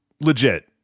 legit